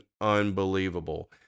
unbelievable